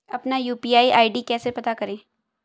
अपना UPI ID कैसे पता करें?